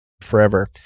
forever